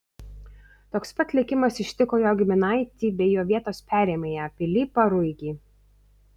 toks pat likimas ištiko jo giminaitį bei jo vietos perėmėją pilypą ruigį